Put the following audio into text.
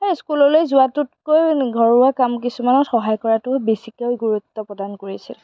এই স্কুললৈ যোৱাটোতকৈও ঘৰুৱা কাম কিছুমানত সহায় কৰাতো বেছিকৈ গুৰুত্ব প্ৰদান কৰিছিল